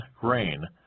grain